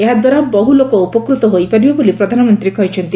ଏହାଦ୍ୱାରା ବହୁ ଲୋକ ଉପକୃତ ହୋଇପାରିବେ ବୋଲି ପ୍ରଧାନମନ୍ତ୍ରୀ କହିଛନ୍ତି